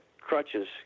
crutches